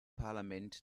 parlament